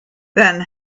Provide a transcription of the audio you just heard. then